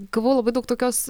gavau labai daug tokios